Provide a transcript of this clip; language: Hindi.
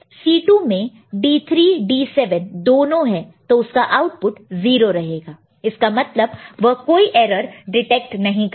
C2 में D3 D7 दोनों हैं तो उसका आउटपुट 0 रहेगा इसका मतलब वह कोई एरर डिटेक्ट नहीं करेगा